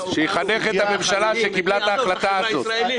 שיחנך את הממשלה שקיבלה את ההחלטה הזאת.